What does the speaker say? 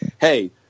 hey